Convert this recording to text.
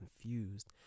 confused